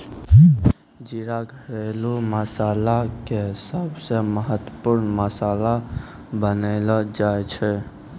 जीरा घरेलू मसाला के सबसॅ महत्वपूर्ण मसाला मानलो जाय छै